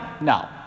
No